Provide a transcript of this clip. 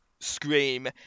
scream